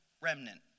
remnant